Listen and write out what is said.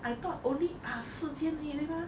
I thought only ah 四间而已对吗